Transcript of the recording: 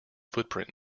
footprint